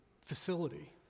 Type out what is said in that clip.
facility